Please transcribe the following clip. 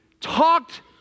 talked